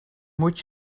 moet